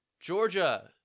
Georgia –